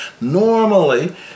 Normally